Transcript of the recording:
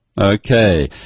Okay